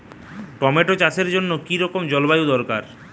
Tomato চাষের জন্য কি রকম জলবায়ু দরকার?